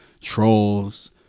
trolls